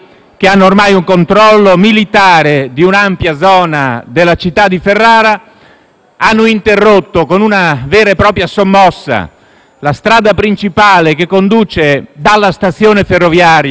la strada principale che conduce dalla stazione ferroviaria al centro della città, inscenando atti di violenza, rovesciando cassonetti in mezzo alla strada, compiendo